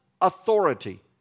authority